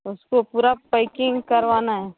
उसको पूरा पैकिंग करवाना है